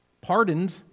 pardoned